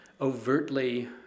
overtly